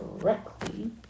correctly